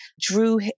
Drew